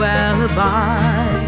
alibi